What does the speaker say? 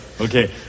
Okay